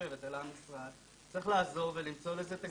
שיושבת אלא המשרד צריך לעזור ולמצוא לזה תקציבים.